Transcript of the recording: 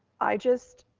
i just,